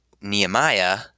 Nehemiah